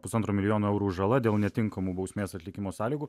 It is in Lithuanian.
pusantro milijono eurų žala dėl netinkamų bausmės atlikimo sąlygų